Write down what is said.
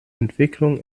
entwicklung